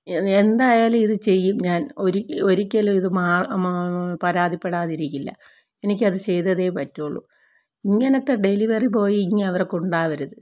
എന്തായാലും ഇതു ചെയ്യും ഞാൻ ഒരു ഒരിക്കലും ഇത് മാ പരാതിപ്പെടാതിരിക്കില്ല എനിക്കതു ചെയ്യാതെ പറ്റുകയുള്ളൂ ഇങ്ങനത്തെ ഡെലിവറി ബോയ് ഇനി അവർക്കുണ്ടാവരുത്